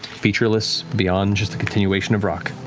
featureless beyond just a continuation of rock.